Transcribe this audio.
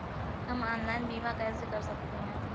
हम ऑनलाइन बीमा कैसे कर सकते हैं?